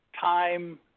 time